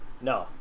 No